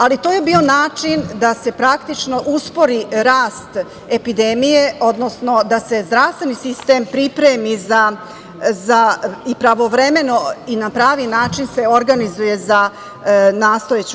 Ali, to je bio način da se praktično uspori rast epidemije, odnosno da se zdravstveni sistem pripremi i pravovremeno i na pravi način se organizuje za nastojeću